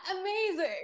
Amazing